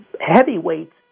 heavyweights